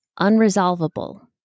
unresolvable